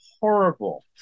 horrible